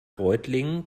reutlingen